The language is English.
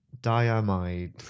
diamide